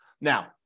Now